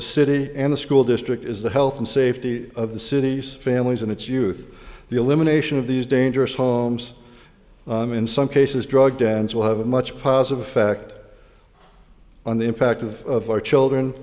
the city and the school district is the health and safety of the city's families and its youth the elimination of these dangerous homes in some cases drugged and will have a much positive effect on the impact of our children